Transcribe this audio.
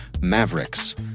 Mavericks